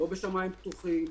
לא בשמיים פתוחים,